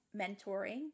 mentoring